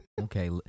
Okay